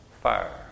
fire